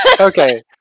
Okay